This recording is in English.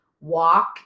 walk